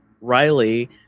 Riley